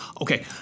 Okay